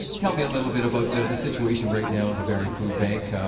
tell me a little bit about the situation right now at the barrie food bank,